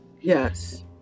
Yes